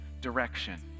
direction